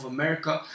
America